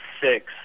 six